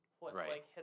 Right